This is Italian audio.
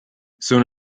sono